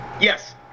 Yes